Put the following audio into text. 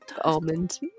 Almond